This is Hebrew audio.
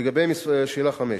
לגבי שאלה 5,